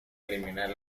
eliminar